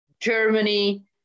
Germany